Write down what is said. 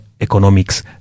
economics